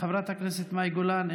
חברת הכנסת מאי גולן,